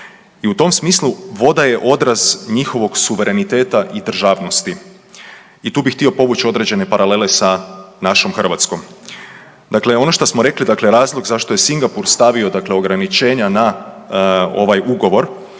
I u tom smislu voda je odraz njihovog suvereniteta i državnosti. I tu bih htio povući određene paralele sa našom Hrvatskom. Dakle, ono što smo rekli dakle razlog zašto je Singapur stavio dakle ograničenja na ovaj ugovor